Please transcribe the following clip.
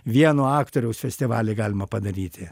vieno aktoriaus festivalį galima padaryti